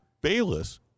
Bayless